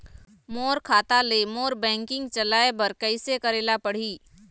मोर खाता ले मोर बैंकिंग चलाए बर कइसे करेला पढ़ही?